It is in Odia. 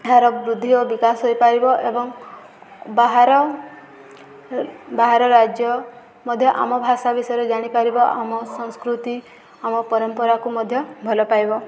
ଏହାର ବୃଦ୍ଧି ଓ ବିକାଶ ହୋଇପାରିବ ଏବଂ ବାହାର ବାହାର ରାଜ୍ୟ ମଧ୍ୟ ଆମ ଭାଷା ବିଷୟରେ ଜାଣିପାରିବ ଆମ ସଂସ୍କୃତି ଆମ ପରମ୍ପରାକୁ ମଧ୍ୟ ଭଲ ପାଇବ